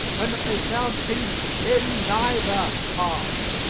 and that they found peace in neither half.